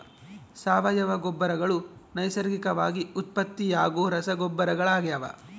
ಸಾವಯವ ಗೊಬ್ಬರಗಳು ನೈಸರ್ಗಿಕವಾಗಿ ಉತ್ಪತ್ತಿಯಾಗೋ ರಸಗೊಬ್ಬರಗಳಾಗ್ಯವ